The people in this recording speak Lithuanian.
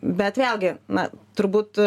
bet vėlgi na turbūt